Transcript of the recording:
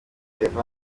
reba